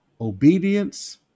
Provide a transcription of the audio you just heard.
Obedience